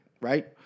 right